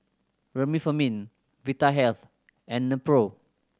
Remifemin Vitahealth and Nepro